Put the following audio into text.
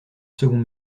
second